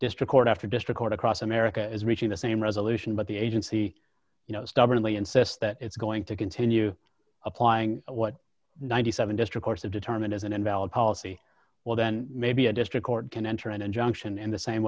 district court after district court across america is reaching the same resolution but the agency you know stubbornly insist that it's going to continue applying what ninety seven district or so determined as an invalid policy well then maybe a district court can enter an injunction in the same